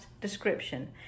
description